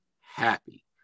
happy